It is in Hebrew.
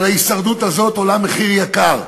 אבל ההישרדות הזאת עולה מחיר יקר,